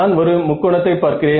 நான் ஒரு முக்கோணத்தை பார்க்கிறேன்